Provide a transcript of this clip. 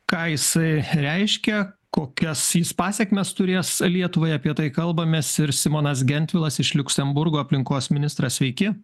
ką jisai reiškia kokias pasekmes turės lietuvai apie tai kalbamės ir simonas gentvilas iš liuksemburgo aplinkos ministras sveiki